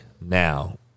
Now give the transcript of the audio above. now